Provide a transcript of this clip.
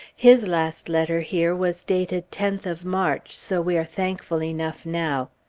his last letter here was dated tenth of march, so we are thankful enough now.